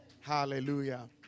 hallelujah